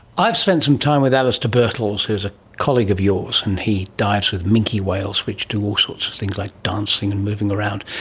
i've spent some time with alastair birtles who's a colleague of yours, and he dives with minke whales, which do all sorts of things like dancing and moving around.